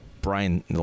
Brian